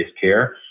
care